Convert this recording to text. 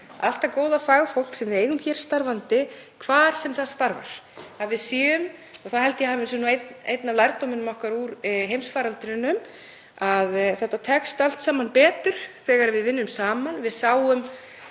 allt það góða fagfólk sem við eigum hér starfandi, hvar sem það starfar. Ég held að það sé nú einn af lærdómum okkar úr heimsfaraldrinum að þetta tekst allt saman betur þegar við vinnum saman. Við sáum